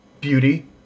Beauty